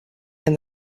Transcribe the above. and